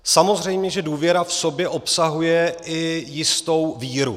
Samozřejmě že důvěra v sobě obsahuje i jistou víru.